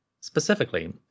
specifically